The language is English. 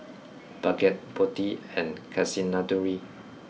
Bhagat Potti and Kasinadhuni